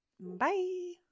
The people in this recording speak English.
Bye